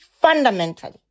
fundamentally